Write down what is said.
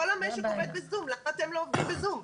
כל המשק עובד ב-זום ולמה אתם לא עובדים ב-זום?